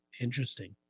Interesting